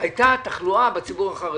- היתה תחלואה בציבור החרדי.